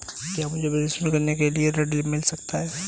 क्या मुझे बिजनेस शुरू करने के लिए ऋण मिल सकता है?